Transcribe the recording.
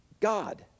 God